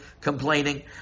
complaining